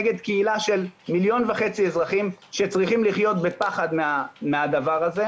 נגד קהילה של מיליון וחצי אזרחים שצריכים לחיות בפחד מהדבר הזה.